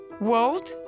World